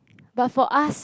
but for us